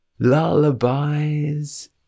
lullabies